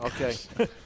Okay